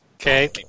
Okay